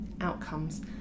outcomes